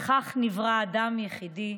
לפיכך נברא האדם יחידי,